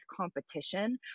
competition